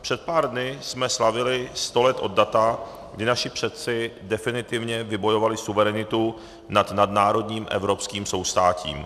Před pár dny jsme slavili sto let od data, kdy naši předci definitivně vybojovali suverenitu nad národním evropským soustátím.